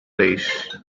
days